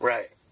Right